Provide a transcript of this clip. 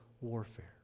warfare